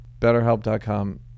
Betterhelp.com